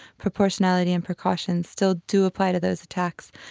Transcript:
proportionality and precaution still do apply to those attacks,